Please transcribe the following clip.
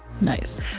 nice